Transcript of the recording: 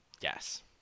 Yes